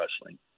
wrestling